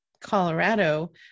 Colorado